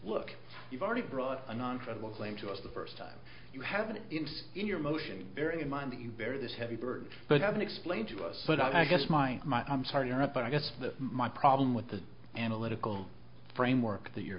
look you've already brought a non tribal claim to us the first time you have an interest in your motion bearing in mind that you bear this heavy burden but haven't explained to us but i guess my my i'm sorry to interrupt but i guess my problem with the analytical framework that you're